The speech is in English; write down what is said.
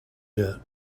yet